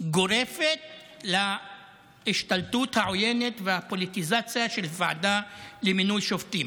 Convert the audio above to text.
גורפת להשתלטות העוינת והפוליטיזציה של ועדה למינוי שופטים.